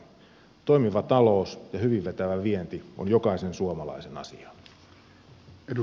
toimiva talous ja hyvin vetävä vienti on jokaisen suomalaisen asia